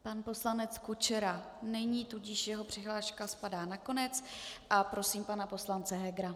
Pan poslanec Kučera není, tudíž jeho přihláška spadá na konec a prosím pana poslance Hegera.